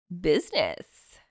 business